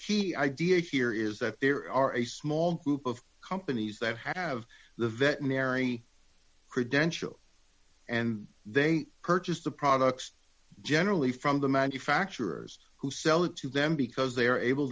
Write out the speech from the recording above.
key idea here is that there are a small group of companies that have the veterinary credential and they purchase the products generally from the manufacturers who sell it to them because they are able